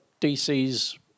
DC's